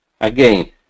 again